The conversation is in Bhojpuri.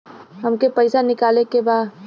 हमके पैसा निकाले के बा